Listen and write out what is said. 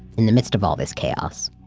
in the midst of all this chaos,